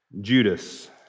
Judas